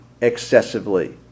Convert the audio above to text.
excessively